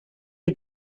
die